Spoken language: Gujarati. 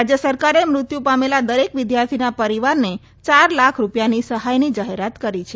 રાજ્ય સરકારે મૃત્યુ પામેલા દરેક વિદ્યાર્થીના પરિવારને ચાર લાખ રૂપિયાની સહાયની જાહેરાત કરી છે